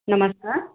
नमस्कार